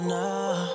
now